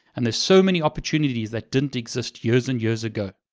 and there's so many opportunities that didn't exist years and years ago.